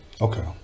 Okay